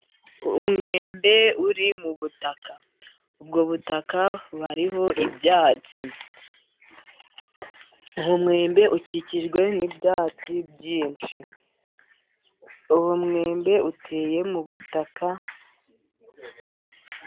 Umwembe uri mu butaka. Ubwo butaka buriho ibyatsi. ukikijwe n'ibyatsi byinshi, umwembe uteye mu butaka.